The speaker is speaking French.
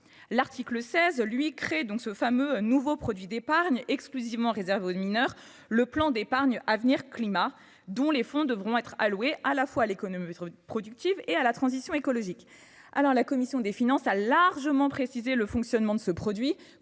L'article 16, quant à lui, crée ce fameux nouveau produit d'épargne réservé aux mineurs, le plan d'épargne avenir climat, dont les fonds devront être alloués au financement de l'économie productive et de la transition écologique. La commission des finances a largement précisé le fonctionnement de ce produit,